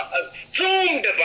assumed